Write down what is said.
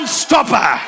stopper